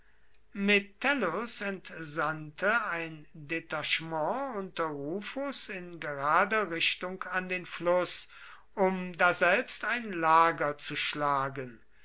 metellus entsandte ein detachement unter rufus in gerader richtung an den fluß um daselbst ein lager zu schlagen